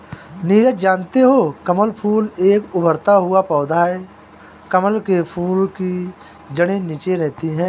नीरज जानते हो कमल फूल एक उभरता हुआ पौधा है कमल के फूल की जड़े नीचे रहती है